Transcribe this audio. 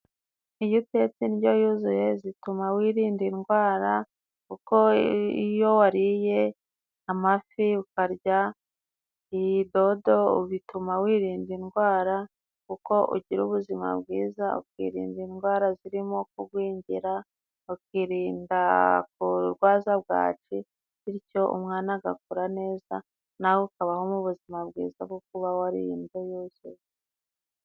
Iyo utetse indyo yuzuye zituma wirinda indwara kuko iyo wariye amafi ukarya idodo bituma wirinda indwara kuko ugira ubuzima bwiza ukiririnda indwara zirimo kugwingira ukirinda kurwaza bwaki bityo umwana agakura neza nawe ukabaho mu ubuzima bwiza bwo kuba wariye indyo yuzuye.